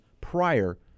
prior